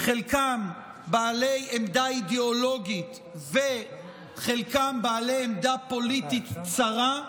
חלקם בעלי עמדה אידיאולוגית וחלקם בעלי עמדה פוליטית צרה,